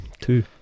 two